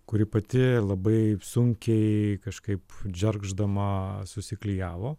kuri pati labai sunkiai kažkaip džergždama susiklijavo